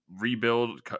rebuild